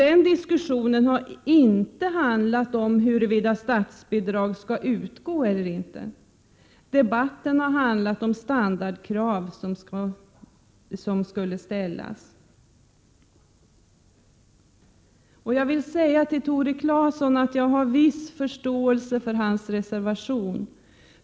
Men diskussionerna har inte handlat om huruvida statsbidrag skall utgå eller ej. Debatten har handlat om vilka standardkrav som bör ställas. Jag vill till Tore Claeson säga att jag har en viss förståelse för hans reservation.